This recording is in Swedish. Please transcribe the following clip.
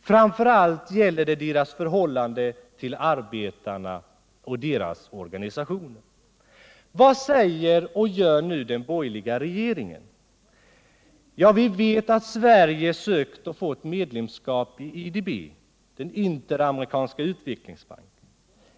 Framför allt gäller det deras förhållande till arbetarna och deras organisationer. Vad säger och gör nu den borgerliga regeringen? Vi vet att Sverige har sökt och fått medlemskap i IDB, den interamerikanska utvecklingsbanken.